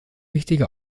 wichtige